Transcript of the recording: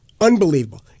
Unbelievable